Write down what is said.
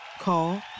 Call